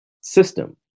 system